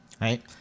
right